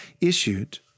issued